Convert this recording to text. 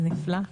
זה נפלא.